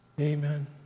Amen